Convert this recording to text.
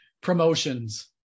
promotions